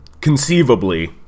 conceivably